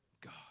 God